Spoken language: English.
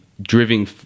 driving